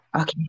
Okay